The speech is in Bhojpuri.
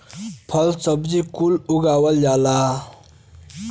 फल सब्जी कुल उगावल जाला